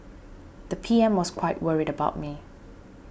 the P M was quite worried about me